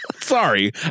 Sorry